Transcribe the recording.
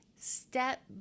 step